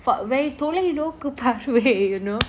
for very தோலை நோக்கு பறவை :tholai nooku paravai you know